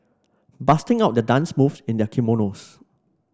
busting out their dance move in their kimonos